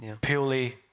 purely